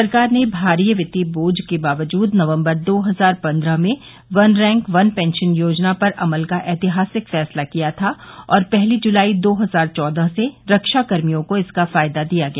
सरकार ने भारी वित्तीय बोझ के बावजूद नवंबर दो हजार पन्द्रह में वन रैंक वन पेंशन योजना पर अमल का ऐतिहासिक फैसला किया था और पहली जुलाई दो हजार चौदह से रक्षा कर्मियों को इसका फायदा दिया गया